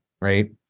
right